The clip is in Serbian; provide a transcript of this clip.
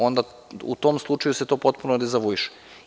Onda u tom slučaju se to potpuno dezavuiše.